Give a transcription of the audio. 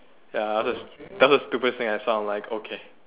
ya that's that was the stupidest thing I saw I'm like okay